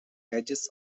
edges